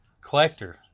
Collector